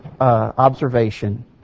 observation